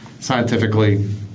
Scientifically